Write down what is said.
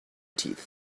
teeth